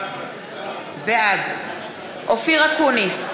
בעד אופיר אקוניס,